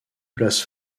place